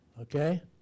okay